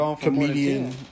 comedian